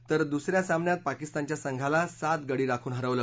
तर दुसऱ्या सामन्यात पाकिस्तानच्या संघाला सात गडी राखून हरवलं